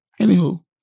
Anywho